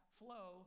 flow